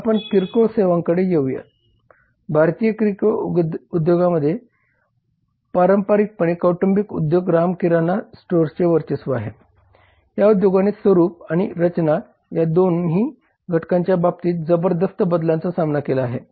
मग आपण किरकोळ सेवांकडे येऊया भारतीय किरकोळ उद्योगामध्ये पारंपारिकपणे कौटुंबिक उद्योग राम किराना स्टोअर्सचे वर्चस्व आहे या उद्योगाने स्वरूप आणि रचना या दोन्ही घटकांच्या बाबतीत जबरदस्त बदलांचा सामना केला आहे